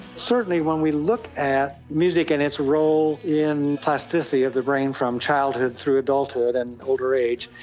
certainly when we look at music and its role in plasticity of the brain from childhood through adulthood and older age,